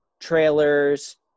trailers